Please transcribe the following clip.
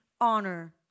honor